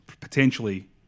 potentially